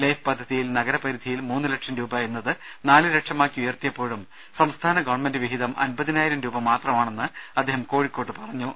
life പദ്ധതിയിൽ നഗരപരിധിയിൽ മൂന്നു ലക്ഷം രൂപയെന്നത് നാലു ലക്ഷമാക്കി ഉയർത്തിയപ്പോഴും സംസ്ഥാന ഗവൺമെന്റ് വിഹിതം അൻപതിനായിരം രൂപ മാത്രമണെന്ന് അദ്ദേഹം കോഴിക്കോട്ട് പറഞ്ഞു